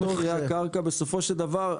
בסופו של דבר,